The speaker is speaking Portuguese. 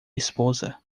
esposa